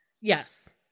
Yes